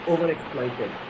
Overexploited